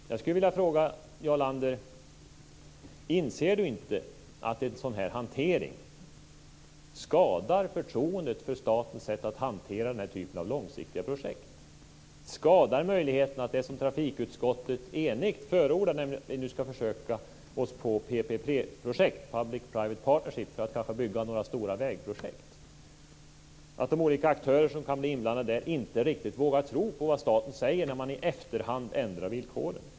Jag skulle vilja fråga: Inser Jarl Lander inte att en sådan hantering skadar förtroendet för statens sätt att hantera den här typen av långsiktiga projekt? Ett enigt trafikutskott förordar att vi ska försöka oss på PPP projekt, public-private partnership, för att kanske bygga några stora vägar. Inser Jarl Lander inte att möjligheterna till detta skadas? De olika aktörer som kan bli inblandade i de vägprojekten vågar kanske inte riktigt tro på vad staten säger, när man i efterhand ändrar villkoren.